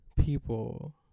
people